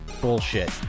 Bullshit